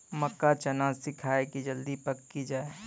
मक्का चना सिखाइए कि जल्दी पक की जय?